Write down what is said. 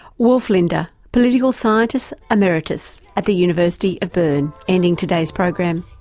wolf linder, political scientist emeritus at the university of berne, ending today's program.